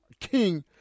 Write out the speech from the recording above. King